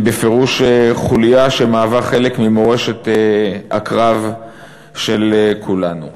הם בפירוש חוליה שמהווה חלק ממורשת הקרב של כולנו.